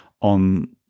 on